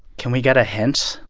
can we get a hint?